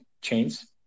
chains